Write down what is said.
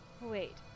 Wait